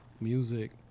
music